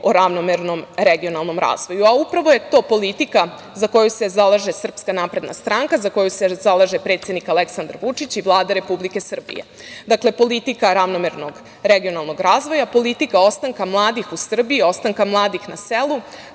o ravnomernom regionalnom razvoju. Upravo je to politika za koju se zalaže Srpska napredna stranka, za koju se zalaže predsednik Aleksandar Vučić i Vlada Republike Srbije. Dakle, politika ravnomernog regionalnog razvoja, politika ostanka mladih u Srbiji, ostanka mladih na selu,